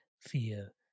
fear